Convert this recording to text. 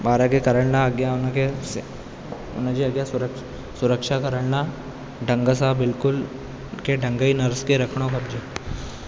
ॿार खे करण लाइ अॻियां उन खे उन जे सुरक्षित सुरक्षा करण लाइ ढंग सां बिल्कुल कंहिं ढंग ई नर्स खे रखिणो खपजे